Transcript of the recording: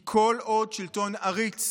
"כי כל עוד שלטון עריץ